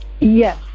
Yes